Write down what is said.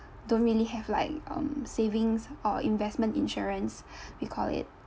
don't really have like um savings or investment insurance you call it